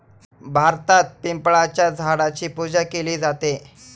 भारतात पिंपळाच्या झाडाची पूजा केली जाते